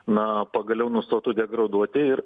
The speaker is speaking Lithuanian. na pagaliau nustotų degraduoti ir